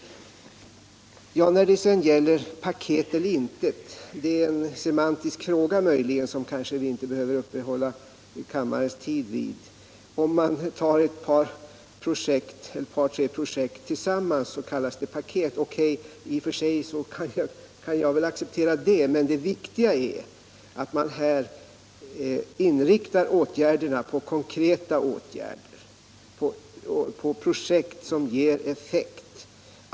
Paket eller inte — det är en semantisk fråga, som vi kanske inte behöver ta upp kammarens tid med. Ett par tre projekt tillsammans kallas paket - i och för sig kan jag acceptera det, men det viktiga är att inrikta åtgärderna på konkreta projekt som ger effekt.